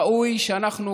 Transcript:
ראוי שאנחנו,